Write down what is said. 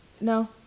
No